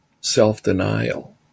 self-denial